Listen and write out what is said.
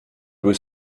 was